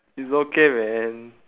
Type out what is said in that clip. it's okay man